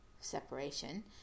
separation